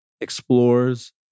explores